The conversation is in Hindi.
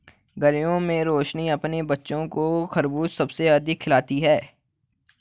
गर्मियों में रोशनी अपने बच्चों को खरबूज सबसे अधिक खिलाती हैं